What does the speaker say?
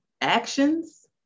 actions